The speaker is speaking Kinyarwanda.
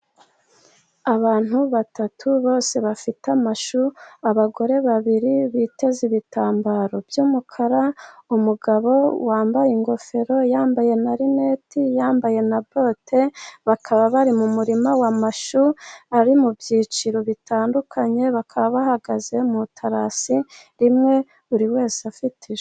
Abantu batatu bose bafite amashu, abagore babiri biteze ibitambaro by'umukara, umugabo wambaye ingofero, yambaye na linete, yambaye na bote, bakaba bari mu murima w'amashu ari mu byiciro bitandukanye, bakaba bahagaze mu itarasi rimwe buri wese afite ishu.